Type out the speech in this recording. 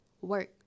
work